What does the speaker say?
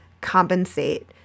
compensate